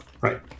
right